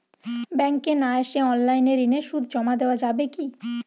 ব্যাংকে না এসে অনলাইনে ঋণের সুদ জমা দেওয়া যাবে কি?